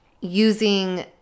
using